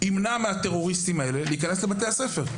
יוכלו למנוע מהטרוריסטים האלה להיכנס לבתי הספר?